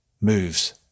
moves